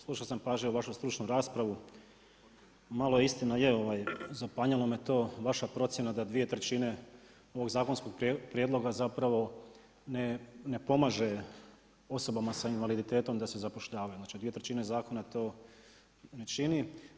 Slušao sam pažljivo vašu stručnu raspravu, malo istina je zapanjila me vaša procjena da dvije trećine ovog zakonskog prijedloga ne pomaže osobama s invaliditetom da se zapošljavaju, znači dvije trećine zakona to ne čini.